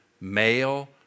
male